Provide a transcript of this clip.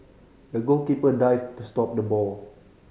the goalkeeper dived to stop the ball